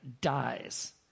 dies